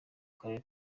karere